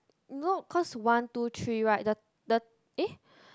nope cause one two three right the the eh